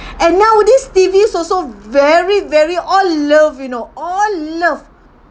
and nowadays T_Vs also very very all love you know all love